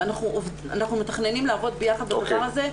אנחנו מתכננים לעבוד ביחד בדבר הזה.